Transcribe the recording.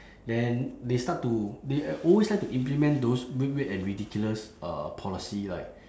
then they start to they always like to implement those weird weird and ridiculous uh policy like